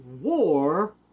war